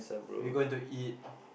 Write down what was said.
we're going to eat